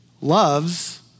loves